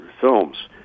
films